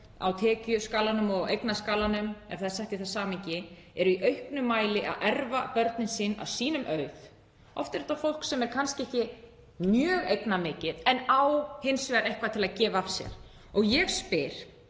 á tekjuskalanum og eignaskalanum, ef það er sett í það samhengi, eru í auknum mæli að arfleiða börnin sín að sínum auði. Oft er þetta fólk sem á kannski ekki mjög mikið en á hins vegar eitthvað til að gefa af sér. Og ég spyr: